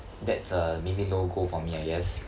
that's uh maybe no go for me I guess